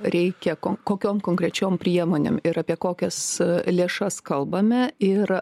reikia kon kokiom konkrečiom priemonėm ir apie kokias lėšas kalbame ir